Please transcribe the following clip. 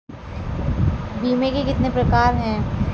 बीमे के कितने प्रकार हैं?